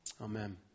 Amen